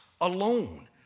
alone